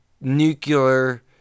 nuclear